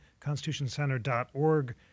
constitutioncenter.org